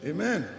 Amen